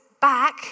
back